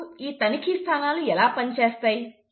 అసలు ఈ తనిఖీ స్థానాలు ఎలా పనిచేస్తాయి